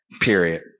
period